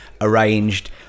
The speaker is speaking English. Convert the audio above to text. arranged